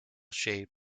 shape